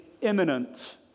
imminent